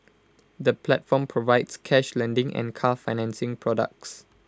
the platform provides cash lending and car financing products